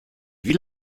wie